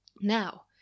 Now